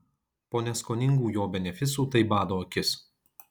po neskoningų jo benefisų tai bado akis